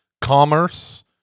commerce